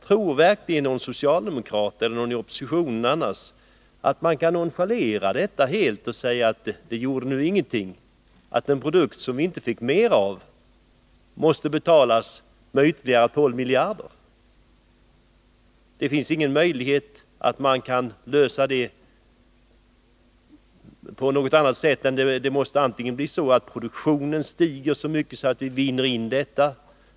Tror verkligen socialdemokraterna eller någon annan ledamot från oppositionen att man helt kan nonchalera detta och säga att det inte spelar någon roll att vi under de två senaste åren har fått betala 12 miljarder kronor mer för samma mängd olja än vi betalade under de två föregående åren? För att råda bot på detta måste produktionen stiga så mycket att vi vinner tillbaka dessa pengar.